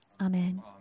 Amen